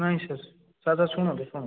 ନାଇଁ sir sir sir ଶୁଣନ୍ତୁ ଶୁଣନ୍ତୁ ଶୁଣନ୍ତୁ